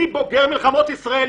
אני בוגר מלחמות ישראל,